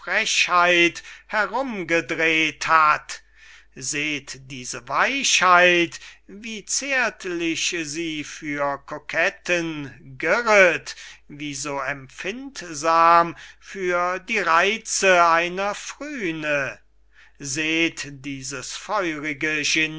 frechheit herumgedreht hat seht diese weichheit wie zärtlich sie für koketten girret wie so empfindsam für die reitze einer phryne seht dieses feurige